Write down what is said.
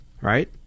Right